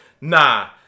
Nah